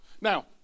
Now